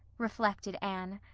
reflected anne.